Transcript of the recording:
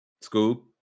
Scoop